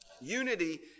Unity